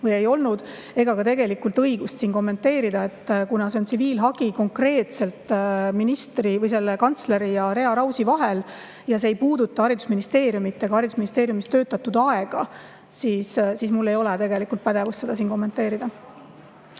või ei toimunud, ega tegelikult ka õigust [seda teha]. Kuna see on tsiviilhagi konkreetselt selle kantsleri ja Rea Rausi vahel ja see ei puuduta haridusministeeriumi ega haridusministeeriumis töötatud aega, siis mul ei ole tegelikult pädevust seda siin kommenteerida.